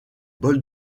bol